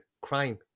crime